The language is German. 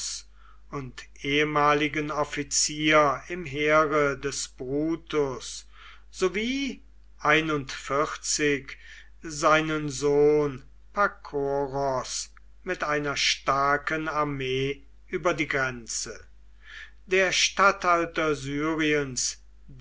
und ehemaligen offizier im heere des brutus sowie seinen sohn pakoros mit einer starken armee über die grenze der statthalter syriens